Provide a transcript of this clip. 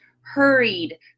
hurried